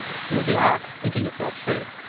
here the ox, thinking itself safe,